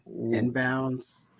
Inbounds